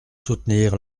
soutenir